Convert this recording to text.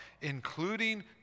including